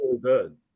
good